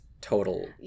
total